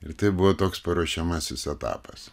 ir tai buvo toks paruošiamasis etapas